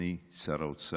אני, שר האוצר,